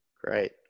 Great